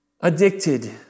addicted